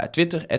Twitter